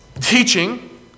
teaching